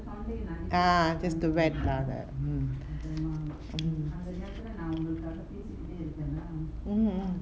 ah just to அதுக்காக:athukkaaga